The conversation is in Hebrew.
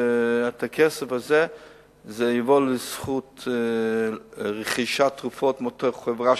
והכסף הזה יעבור לרכישת תרופות מאותה חברה,